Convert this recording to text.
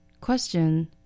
Question